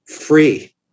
free